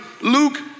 Luke